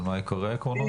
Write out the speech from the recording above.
אבל מה עיקרי העקרונות?